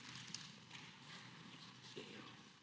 Hvala